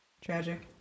Tragic